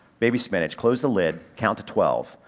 baby spinach. close the lid, count to twelve,